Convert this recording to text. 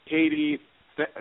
Katie